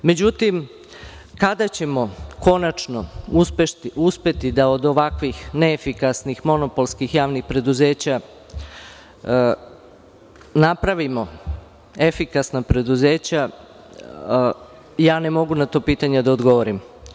Međutim, kada ćemo konačno uspeti da od ovakvih neefikasnih monopolskih javnih preduzeća napravimo efikasna preduzeća, ne mogu na to pitanje da odgovorim.